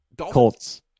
Colts